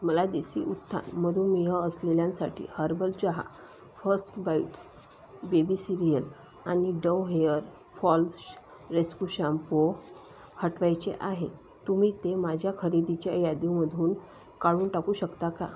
मला देसी उत्थान मधुमेह असलेल्यांसाठी हर्बल चहा फस्ट बाइट्स बेबि सीरियल आणि डव हेअर फॉल्स श रेस्क्यू शाम्पू हटवायचे आहे तुम्ही ते माझ्या खरेदीच्या यादीमधून काढून टाकू शकता का